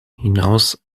hinaus